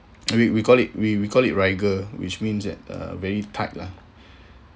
we we call it we call it rigor which means that uh very tight lah